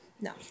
No